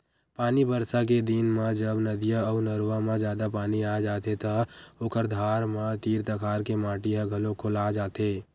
पानी बरसा के दिन म जब नदिया अउ नरूवा म जादा पानी आ जाथे त ओखर धार म तीर तखार के माटी ह घलोक खोला जाथे